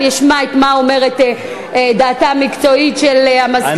אני אשמע מה דעתה המקצועית של המזכירה.